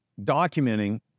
documenting